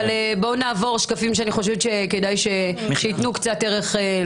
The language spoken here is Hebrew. אבל נעבור על שקפים שאני חושבת שייתנו קצת ערך.